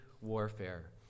warfare